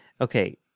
okay